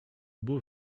beaux